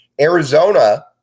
Arizona